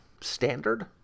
standard